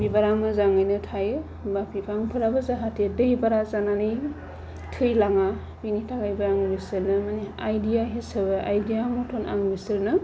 बिबारा मोजाङैनो थायो बा बिफांफोराबो जाहाथे दै बारा जानानै थैलाङा बिनि थाखायबो आं दसेनो माने आइडिया हिसाबै आइडिया मटन आं बिसोरनो